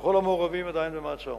וכל המעורבים עדיין במעצר.